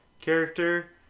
character